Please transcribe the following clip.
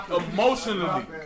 emotionally